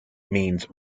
means